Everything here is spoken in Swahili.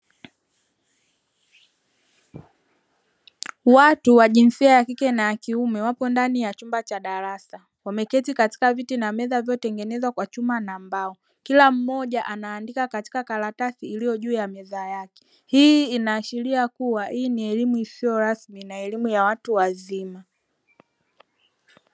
Watu wa jinsia ya kike na kiume wakiwa ndani ya chumba cha darasa wameketi katika viti na meza vilivyotengenezwa kwa chuma na mbao, kila mmoja anabandika katika karatasi iliyoko juu ya meza yake, hii inaashiria kuwa ni elimu isiyorasmi na elimu ya watu wazima.